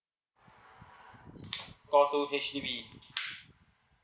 call two H_D_B